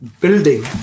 building